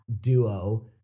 duo